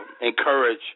encourage